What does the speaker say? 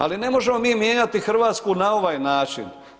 Ali, ne možemo mi mijenjati Hrvatsku na ovaj način.